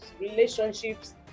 relationships